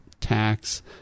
tax